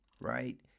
right